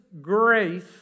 grace